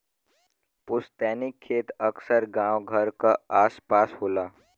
पुस्तैनी खेत अक्सर गांव घर क आस पास होला